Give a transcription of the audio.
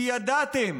כי ידעתם